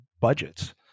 budgets